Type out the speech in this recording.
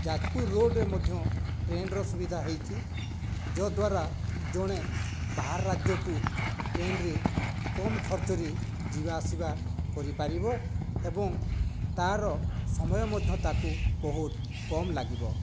ଯାଜପୁର ରୋଡ଼ରେ ମଧ୍ୟ ଟ୍ରେନର ସୁବିଧା ହେଇଛି ଯଦ୍ୱାରା ଜଣେ ବାହାର ରାଜ୍ୟକୁ ଟ୍ରେନରେ କମ ଖର୍ଚ୍ଚରେ ଯିବାଆସିବା କରିପାରିବ ଏବଂ ତାର ସମୟ ମଧ୍ୟ ତାକୁ ବହୁତ କମ ଲାଗିବ